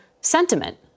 sentiment